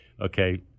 okay